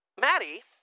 Maddie